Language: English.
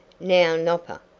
now, nopper,